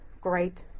great